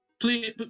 Please